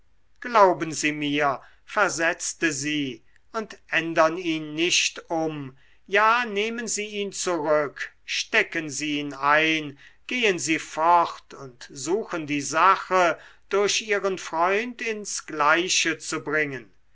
glauben sie mir versetzte sie und ändern ihn nicht um ja nehmen sie ihn zurück stecken sie ihn ein gehen sie fort und suchen die sache durch ihren freund ins gleiche zu bringen